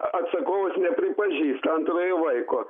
atsakovas nepripažįsta antrojo vaiko